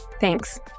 Thanks